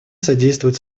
содействуют